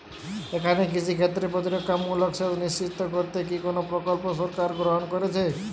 এখানে কৃষিক্ষেত্রে প্রতিরক্ষামূলক সেচ নিশ্চিত করতে কি কোনো প্রকল্প সরকার গ্রহন করেছে?